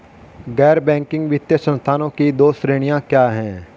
गैर बैंकिंग वित्तीय संस्थानों की दो श्रेणियाँ क्या हैं?